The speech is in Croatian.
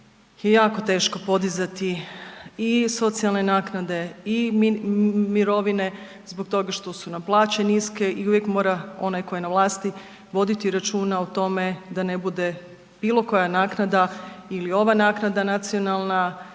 jako teško podizati i socijalne naknade i mirovine zbog toga što su nam plaće niske i uvijek mora onaj koji je na vlasti, voditi računa o tome da ne bude bilokoja naknada ili ova naknada nacionalna